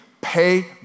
pay